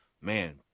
man